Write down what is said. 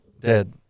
dead